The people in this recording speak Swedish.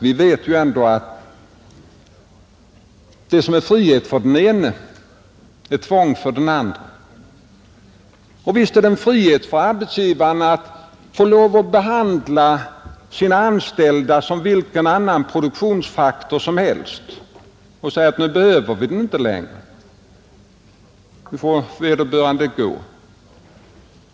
Vi vet ändå att det som är frihet för den ene kan vara tvång för den andre, Visst är det en frihet för arbetsgivaren att få lov att behandla sina anställda som vilken annan produktionsfaktor som helst och att kunna säga att man inte behöver dem längre, varvid vederbörande får gå.